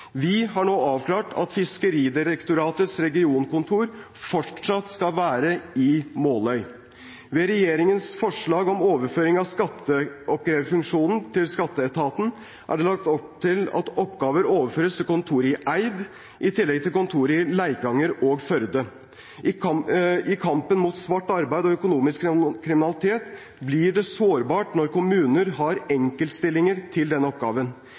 Vi har nå avklart at Fiskeridirektoratets regionkontor fortsatt skal være i Måløy. Ved regjeringens forslag om overføring av skatteoppkreverfunksjonen til Skatteetaten er det lagt opp til at oppgaver overføres til kontoret i Eid, i tillegg til kontorene i Leikanger og Førde. I kampen mot svart arbeid og økonomisk kriminalitet blir det sårbart når kommuner har enkeltstillinger til denne oppgaven.